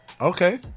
Okay